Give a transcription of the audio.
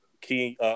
key